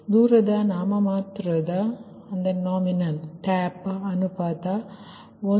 ದೂರದ ನಾಮಮಾತ್ರದ ಟ್ಯಾಪ್ ಅನುಪಾತ 1α